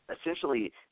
essentially